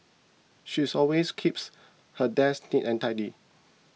she's always keeps her desk neat and tidy